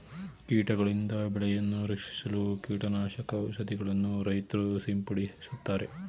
ಕೀಟಗಳಿಂದ ಬೆಳೆಯನ್ನು ರಕ್ಷಿಸಲು ಕೀಟನಾಶಕ ಔಷಧಿಗಳನ್ನು ರೈತ್ರು ಸಿಂಪಡಿಸುತ್ತಾರೆ